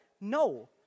No